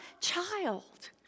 child